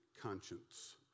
conscience